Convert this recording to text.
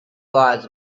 laws